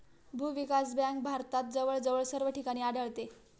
भूविकास बँक भारतात जवळजवळ सर्व ठिकाणी आढळते